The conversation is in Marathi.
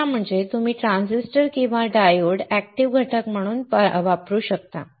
तिसरा फायदा म्हणजे तुम्ही ट्रान्झिस्टर किंवा डायोड एक्टिव घटक म्हणून पसरवू शकता